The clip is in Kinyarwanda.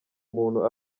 umuntu